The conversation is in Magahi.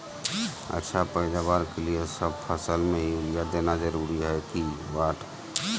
अच्छा पैदावार के लिए सब फसल में यूरिया देना जरुरी है की?